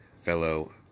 fellow